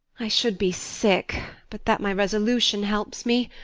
i should be sick but that my resolution helps me.